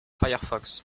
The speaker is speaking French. firefox